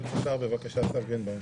בבקשה, אסף גרינבאום.